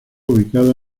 ubicada